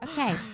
Okay